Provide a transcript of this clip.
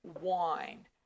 wine